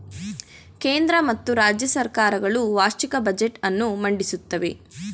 ಕೇಂದ್ರ ಮತ್ತು ರಾಜ್ಯ ಸರ್ಕಾರ ಗಳು ವಾರ್ಷಿಕ ಬಜೆಟ್ ಅನ್ನು ಮಂಡಿಸುತ್ತವೆ